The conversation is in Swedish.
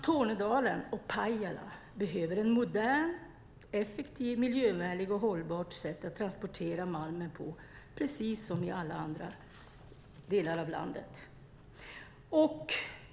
Tornedalen och Pajala behöver ett modernt, effektivt, miljövänligt och hållbart sätt att transportera malm, precis som alla andra delar av landet.